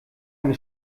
eine